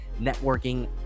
networking